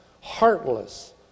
heartless